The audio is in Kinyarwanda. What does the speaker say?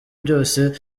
byose